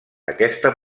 aquesta